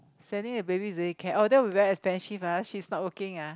sending the baby to baby care oh that would very expensive ah she is not working ah